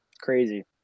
Crazy